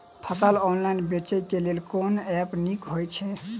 फसल ऑनलाइन बेचै केँ लेल केँ ऐप नीक होइ छै?